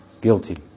guilty